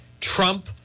Trump